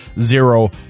zero